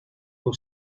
will